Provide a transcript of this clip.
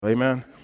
Amen